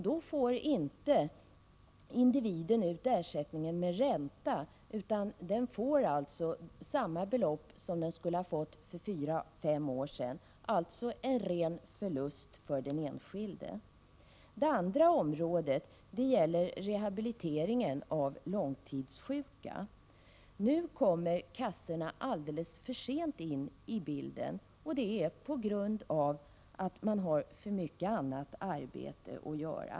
Då får individen inte ut ersättningen med ränta utan erhåller samma belopp som för fem år sedan, alltså en ren förlust för den enskilde. 157 Det andra området är rehabiliteringen av långtidssjuka. Nu kommer kassorna in i bilden alldeles för sent, eftersom de har för mycket annat arbete att sköta.